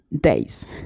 days